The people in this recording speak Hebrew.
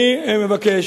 אני מבקש,